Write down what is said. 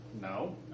No